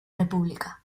república